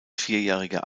vierjähriger